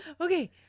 Okay